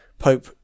pope